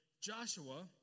Joshua